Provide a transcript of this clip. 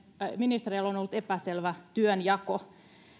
ministereillä on ollut epäselvä työnjako